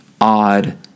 odd